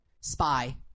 spy